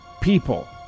people